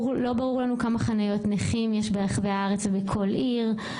לא ברור לנו כמה חניות נכים יש ברחבי הארץ ובכל עיר,